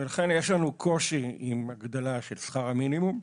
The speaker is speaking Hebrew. ולכן יש לנו קושי עם הגדלה של שכר המינימום.